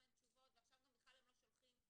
אין תשובות ועכשיו גם בלל הם לא שלחו נציג.